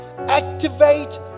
Activate